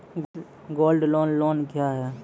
Gold loan loan क्या हैं?